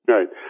Right